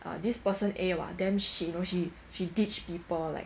ah this person A !wah! damn shit you know she she ditch people like